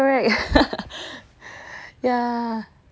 yeah